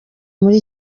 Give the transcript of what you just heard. muri